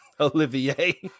Olivier